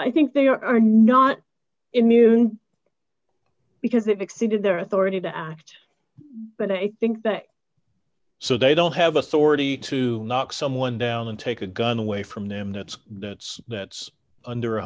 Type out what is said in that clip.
i think they are not immune because it exceeded their authority to act but i think that so they don't have authority to knock someone down and take a gun away from them that's that's that's under